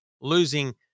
losing